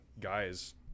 guys